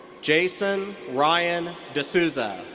jason ryan d'souza.